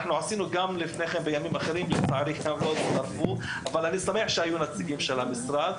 עשינו לפני כן גם בימים אחרים אבל אני שמח שכן היו נציגים של המשרד.